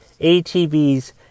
ATVs